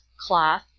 cloth